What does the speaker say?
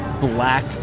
black